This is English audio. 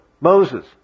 Moses